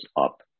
up